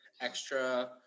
extra